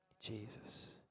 Jesus